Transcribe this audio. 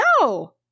No